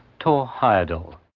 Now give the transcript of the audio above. thor heyerdahl.